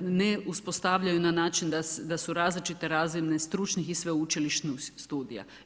ne uspostavljaju na način da su različite razvojnih stručnih i sveučilišnih studija.